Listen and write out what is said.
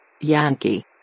Yankee